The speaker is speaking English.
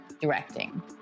Directing